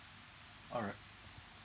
all right